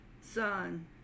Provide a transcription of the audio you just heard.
Son